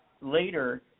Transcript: later